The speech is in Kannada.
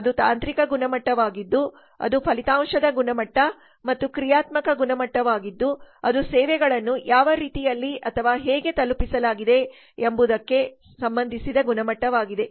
ಅದು ತಾಂತ್ರಿಕ ಗುಣಮಟ್ಟವಾಗಿದ್ದು ಅದು ಫಲಿತಾಂಶದ ಗುಣಮಟ್ಟ ಮತ್ತು ಕ್ರಿಯಾತ್ಮಕ ಗುಣಮಟ್ಟವಾಗಿದ್ದು ಅದು ಸೇವೆಗಳನ್ನು ಯಾವ ರೀತಿಯಲ್ಲಿ ಅಥವಾ ಹೇಗೆ ತಲುಪಿಸಲಾಗಿದೆ ಎಂಬುದಕ್ಕೆ ಸಂಬಂಧಿಸಿದ ಗುಣಮಟ್ಟವಾಗಿದೆ